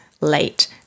late